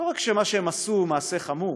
לא רק שמה שהם עשו הוא מעשה חמור,